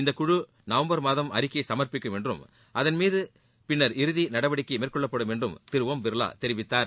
இந்தக் குழு நவம்பர் மாதம் அறிக்கை சமர்ப்பிக்கும் என்றும் அதன் மீது பின்னர் இறுதி நடவடிக்கை மேற்கொள்ளப்படும் என்றும் திரு பிர்லா தெரிவித்தார்